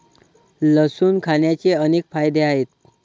लसूण खाण्याचे अनेक फायदे आहेत